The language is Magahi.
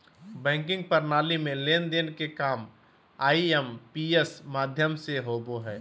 बैंकिंग प्रणाली में लेन देन के काम आई.एम.पी.एस माध्यम से होबो हय